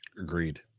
Agreed